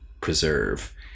preserve